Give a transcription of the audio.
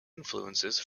influences